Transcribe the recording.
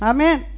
Amen